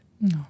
no